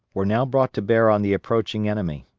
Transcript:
were now brought to bear on the approaching enemy.